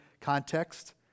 context